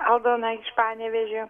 aldona iš panevėžio